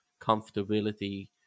comfortability